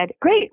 great